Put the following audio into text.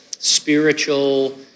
spiritual